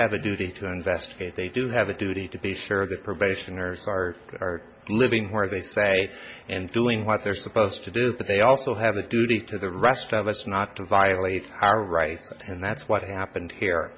have a duty to investigate they do have a duty to be sure the probationers are living where they say and doing what they're supposed to do but they also have a duty to the rest of us not to violate our rights and that's what happened here